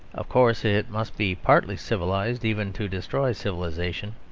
of course it must be partly civilised even to destroy civilisation.